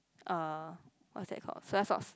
uh what's that called soya sauce